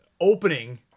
opening